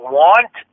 want